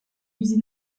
musée